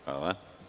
Hvala.